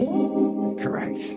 Correct